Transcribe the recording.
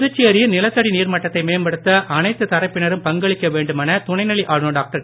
புதுச்சேரியில் நிலத்தடி நீர்மட்டத்தை மேம்படுத்த அனைத்து தரப்பினரும் பங்களிக்க வேண்டுமென துணைநிலை ஆளுனர் டாக்டர்